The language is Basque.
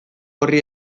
horri